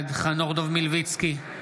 בעד חנוך דב מלביצקי,